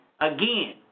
again